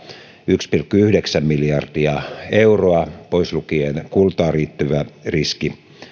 yksi pilkku yhdeksän miljardia euroa pois lukien kultaan liittyvä riski